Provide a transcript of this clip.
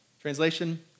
Translation